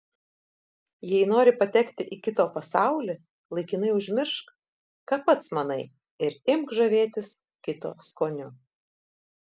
jei nori patekti į kito pasaulį laikinai užmiršk ką pats manai ir imk žavėtis kito skoniu